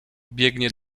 biegnie